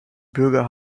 bürger